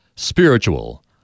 spiritual